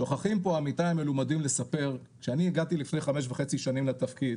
שוכחים פה עמיתיי המלומדים לספר שאני הגעתי לפני חמש וחצי שנים לתפקיד